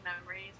memories